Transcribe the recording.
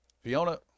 Fiona